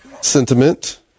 sentiment